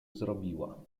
zrobiła